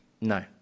No